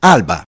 Alba